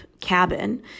cabin